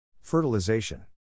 Fertilization